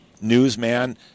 newsman